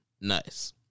Nice